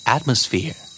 Atmosphere